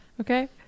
Okay